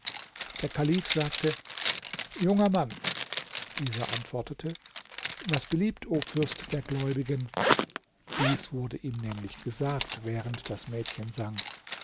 der kalif sagte junger mann dieser antwortete was beliebt o fürst der gläubigen dies wurde ihm nämlich gesagt während das mädchen sang